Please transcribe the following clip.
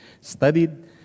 studied